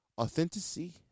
Authenticity